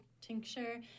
tincture